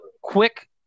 quick